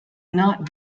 not